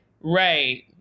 Right